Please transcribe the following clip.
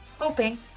hoping